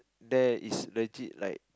there is legit like